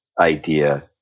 idea